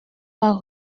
pas